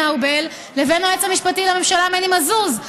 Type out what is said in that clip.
ארבל לבין היועץ המשפטי לממשלה מני מזוז.